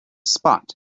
spot